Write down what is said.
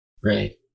Right